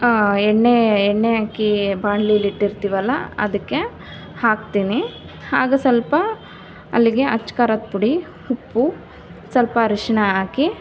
ಎಣ್ಣೆ ಎಣ್ಣೆ ಹಾಕಿ ಬಾಣ್ಲಿಲಿ ಇಟ್ಟಿರ್ತೀವಲ್ಲ ಅದಕ್ಕೆ ಹಾಕ್ತೀನಿ ಆಗ ಸ್ವಲ್ಪ ಅಲ್ಲಿಗೆ ಅಚ್ಚ ಖಾರದ ಪುಡಿ ಉಪ್ಪು ಸ್ವಲ್ಪ ಅರಶಿಣ ಹಾಕಿ